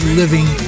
living